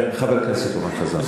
חבר הכנסת אורן חזן,